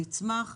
תצמח,